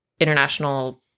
international